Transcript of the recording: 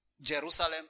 Jerusalem